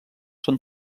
són